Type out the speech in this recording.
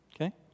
okay